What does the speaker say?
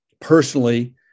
personally